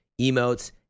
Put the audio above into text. emotes